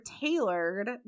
tailored